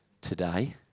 today